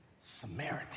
Samaritan